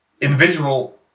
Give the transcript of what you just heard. Individual